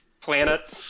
planet